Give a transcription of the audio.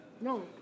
No